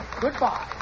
Goodbye